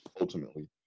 ultimately